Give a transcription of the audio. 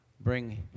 bring